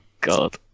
god